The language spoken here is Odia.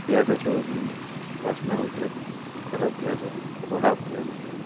ପିଆଜଠୁ ବାସ୍ନା ହୋଉଥିଲା ଖରାପ୍ ପିଆଜ କୁହା ପିଆଜ୍ ଦେଇଥିଲ